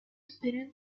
depending